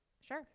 Sure